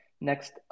next